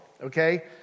Okay